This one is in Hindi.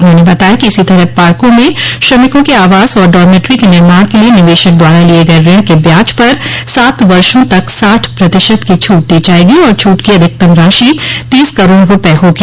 उन्होंने बताया कि इसी तरह पार्को में श्रमिकों के आवास और डारमेट्री के निर्माण के लिए निवेशक द्वारा लिये गये ऋण के ब्याज पर सात वर्षो तक साठ प्रतिशत की छूट दी जायेगी और छूट की अधिकतम राशि तीस करोड़ रूपये होगी